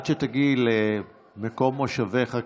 עד שתגיעי למקום מושבך,